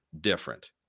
different